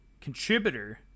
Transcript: contributor